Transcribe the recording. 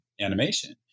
animation